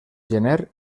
gener